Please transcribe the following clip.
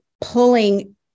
pulling